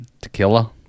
Tequila